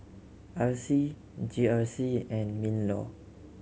R C G R C and MinLaw